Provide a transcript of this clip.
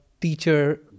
teacher